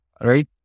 right